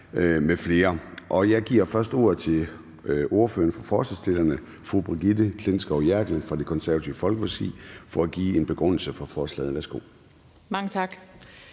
Jeg giver først ordet til ordføreren for forslagsstillerne, fru Brigitte Klintskov Jerkel fra Det Konservative Folkeparti, for at give en begrundelse af forslaget.